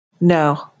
no